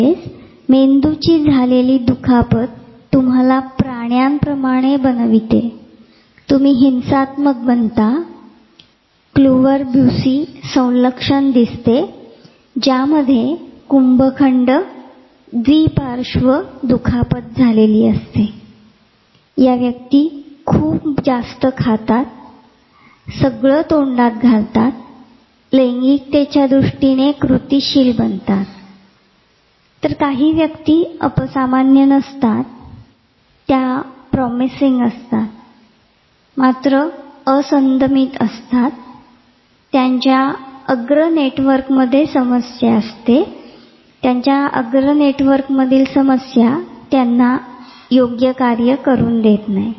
म्हणजेचे मेंदूची झालेली दुखापत तुम्हाला प्राण्याप्रमाणे बनविते तुम्ही हिंसात्मक बनता आणि क्लूव्हर ब्यूसी संलक्षण दिसतो ज्यामध्ये कुंभखंड द्विपार्श्व दुखापत झालेली असते ते खूपच खातात जे मिळेल ते घालतात लैंगिक कृतीशील बनतात काही व्यक्ती अपसामान्य नसतात ते promised असतात असंदमित असतात त्यांच्या अग्र नेटवर्कमध्ये समस्या असते त्यांच्या नेटवर्कमधील समस्या त्यांना योग्य कार्य करू देत नाही